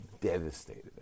devastated